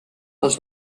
els